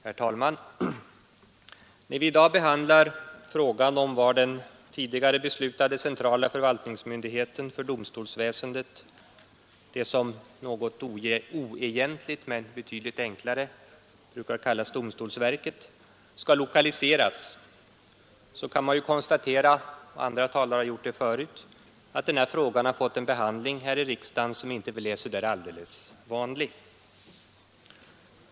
Herr talman! När vi i dag behandlar frågan om var den tidigare beslutade centrala förvaltningsmyndigheten för domstolsväsendet, det som något oegentligt men betydligt enklare brukar kallas domstolsverket, skall lokaliseras, kan man konstatera — andra talare har tidigare gjort det — att frågan har fått en behandling i riksdagen som väl inte är så där alldeles vanlig.